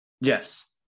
Yes